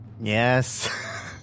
yes